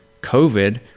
covid